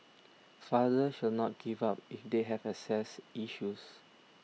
fathers should not give up if they have access issues